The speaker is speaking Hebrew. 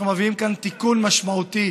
אנחנו מביאים כאן תיקון משמעותי